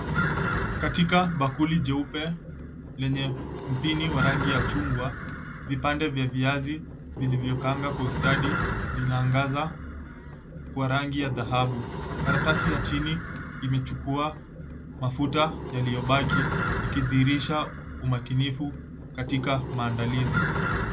Katika bakuli jeupe lenye mpini wa rangi ya chungwa vipande vya viazi vilivyokaangwa kwa ustadi vinaangaza kwa rangi ya dhahabu. Karatasi ya chini imechukua mafuta yaliyobaki ikidhihirisha umakinifu katika maandalizi.